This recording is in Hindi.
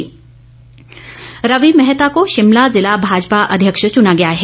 रवि मेहता रवि मेहता को शिमला ज़िला भाजपा अध्यक्ष चूना गया है